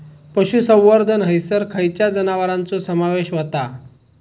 पशुसंवर्धन हैसर खैयच्या जनावरांचो समावेश व्हता?